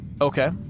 Okay